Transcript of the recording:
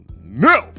no